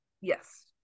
Yes